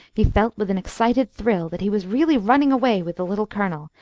he felt with an excited thrill that he was really running away with the little colonel,